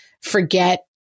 forget